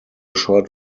short